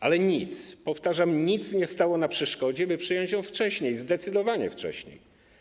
Ale powtarzam, nic nie stało na przeszkodzie, by przyjąć ją wcześniej, zdecydowanie wcześniej.